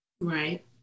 Right